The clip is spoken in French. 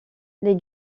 les